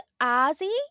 Ozzy